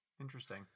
interesting